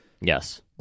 Yes